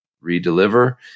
re-deliver